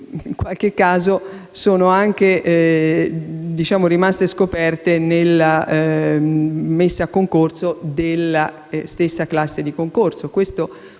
in qualche frangente sono anche rimaste scoperte nella messa a concorso della stessa classe di concorso.